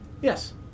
Yes